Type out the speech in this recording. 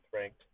ranked